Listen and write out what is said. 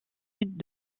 sud